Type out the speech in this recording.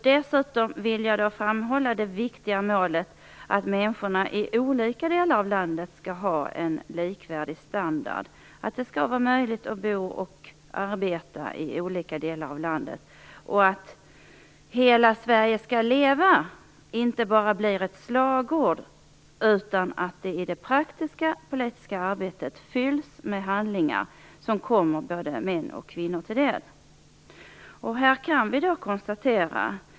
Dessutom vill jag framhålla det viktiga målet att människor i olika delar av landet skall ha en likvärdig standard, att det skall vara möjligt att bo och arbeta i olika delar av landet. "Hela Sverige skall leva!" får inte bara bli ett slagord. Det praktiska politiska arbetet skall fyllas med handlingar som kommer både män och kvinnor till del.